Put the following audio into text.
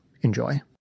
enjoy